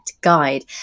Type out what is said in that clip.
guide